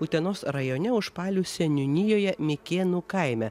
utenos rajone užpalių seniūnijoje mikėnų kaime